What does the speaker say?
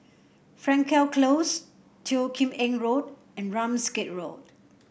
Frankel Close Teo Kim Eng Road and Ramsgate Road